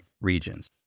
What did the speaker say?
regions